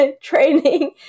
training